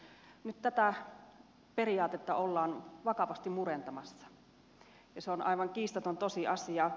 nyt tätä periaatetta ollaan vakavasti murentamassa ja se on aivan kiistaton tosiasia